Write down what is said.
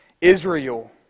Israel